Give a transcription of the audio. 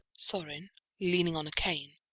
sorin leaning on a cane,